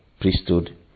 priesthood